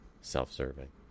self-serving